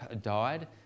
died